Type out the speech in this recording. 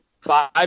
Five